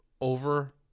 over